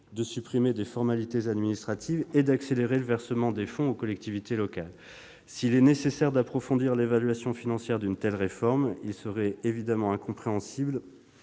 de supprimer des formalités administratives et d'accélérer le versement des fonds aux collectivités locales. S'il est nécessaire d'approfondir l'évaluation financière d'une telle réforme, il serait incompréhensible,